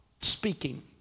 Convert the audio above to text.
speaking